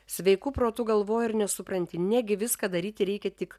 sveiku protu galvoji ir nesupranti negi viską daryti reikia tik